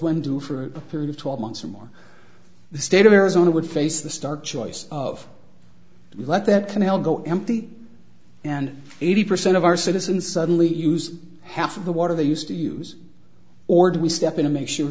when due for a period of twelve months or more the state of arizona would face the stark choice of let that canal go empty and eighty percent of our citizens suddenly use half of the water they used to use or do we step in to make sure